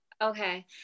Okay